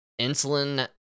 insulin